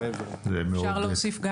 אפשר להוסיף?